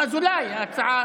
תודה רבה, אדוני היושב-ראש.